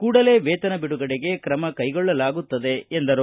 ಕೂಡಲೇ ವೇತನ ಬಿಡುಗಡೆಗೆ ಕ್ರಮ ಕೈಗೊಳ್ಳಲಾಗುತ್ತದೆ ಎಂದರು